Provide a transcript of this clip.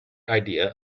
idea